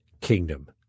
kingdom